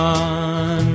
on